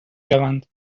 شوند